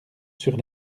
sur